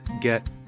get